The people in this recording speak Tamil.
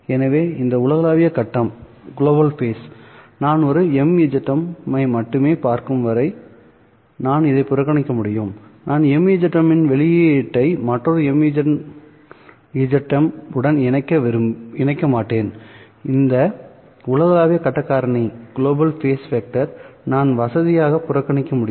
எனவே இந்த உலகளாவிய கட்டம்நான் ஒரு MZM ஐ மட்டுமே பார்க்கும் வரை நான் இதை புறக்கணிக்க முடியும் நான் MZM இன் வெளியீட்டை மற்றொரு MZM உடன் இணைக்க மாட்டேன்இந்த உலகளாவிய கட்ட காரணி நான் வசதியாக புறக்கணிக்க முடியும்